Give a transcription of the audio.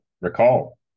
recall